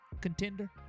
contender